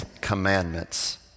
commandments